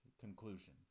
conclusion